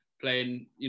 playing